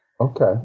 Okay